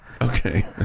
okay